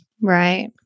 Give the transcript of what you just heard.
Right